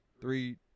three